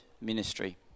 ministry